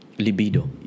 Libido